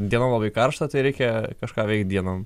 dieną labai karšta tai reikia kažką veikt dienom